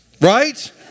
Right